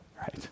right